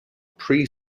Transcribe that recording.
pre